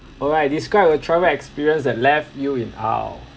alright describe a travel experience that left you in awe